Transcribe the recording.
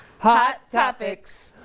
hot topics